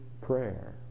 prayer